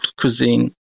cuisine